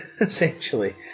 essentially